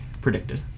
predicted